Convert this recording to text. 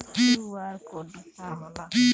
QR code का होला?